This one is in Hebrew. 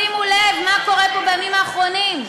שימו לב מה קורה פה בימים האחרונים: